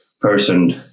person